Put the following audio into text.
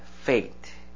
faith